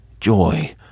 joy